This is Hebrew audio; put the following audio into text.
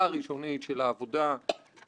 ועומד מאחורי הדברים שכתבנו בדוח הוועדה.